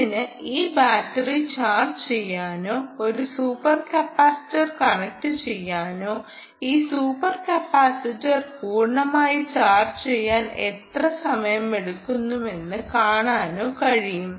ഇതിന് ഈ battery charge ചെയ്യാനോ ഒരു സൂപ്പർ കപ്പാസിറ്റർ കണക്റ്റുചെയ്യാനോ ഈ സൂപ്പർ കപ്പാസിറ്റർ പൂർണ്ണമായി ചാർജ് ചെയ്യാൻ എത്ര സമയമെടുക്കുമെന്ന് കാണാനോ കഴിയും